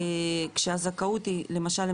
כשהזכאות היא למשל,